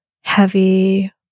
heavy